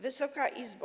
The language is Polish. Wysoka Izbo!